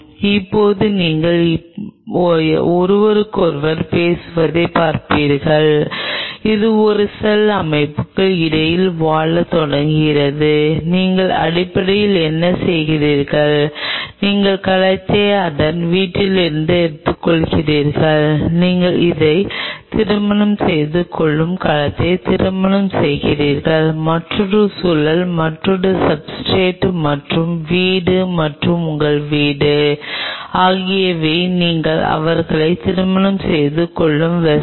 இப்போது நீங்கள் இப்போது ஒருவருக்கொருவர் பேசுவதைப் பார்க்கிறீர்கள் இது ஒரு செல் அமைப்புக்கு வெளியே வாழத் தொடங்குகிறது நீங்கள் அடிப்படையில் என்ன செய்கிறீர்கள் நீங்கள் கலத்தை அதன் வீட்டிலிருந்து எடுத்துக்கொள்கிறீர்கள் நீங்கள் அதை திருமணம் செய்து கொள்ளும் கலத்தை திருமணம் செய்கிறீர்கள் மற்றொரு சூழல் மற்றொரு சப்ஸ்ர்டேட் மற்றொரு வீடு மற்றும் உங்கள் வீடு ஆகியவை நீங்கள் அவர்களை திருமணம் செய்து கொள்ளும் வெஸ்ஸல்